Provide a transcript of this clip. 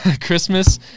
Christmas